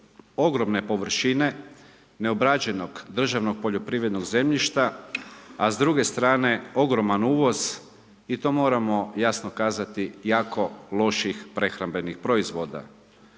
ogromne površine neobrađenog državnog poljoprivrednog zemljišta a s druge strane ogroman uvoz i to moramo jasno kazati, jako loših prehrambenih proizvoda.